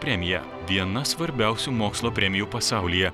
premija viena svarbiausių mokslo premijų pasaulyje